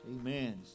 Amen